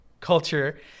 culture